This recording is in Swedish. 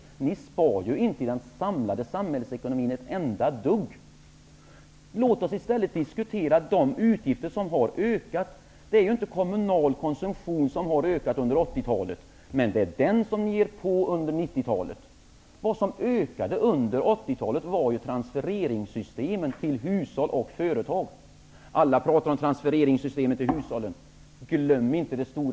Men vi får väl diskutera frågan mer.